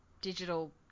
digital